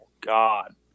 God